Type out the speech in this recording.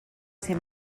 ser